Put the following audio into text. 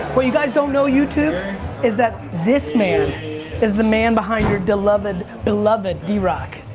what you guys don't know youtube is that this man is the man behind your beloved beloved d rock.